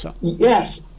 Yes